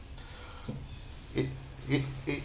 it it it